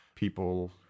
people